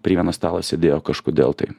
prie vieno stalo sėdėjo kažkodėl tai